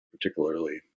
particularly